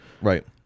Right